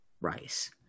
Rice